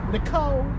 Nicole